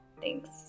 thanks